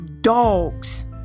dogs